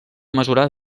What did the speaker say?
mesurar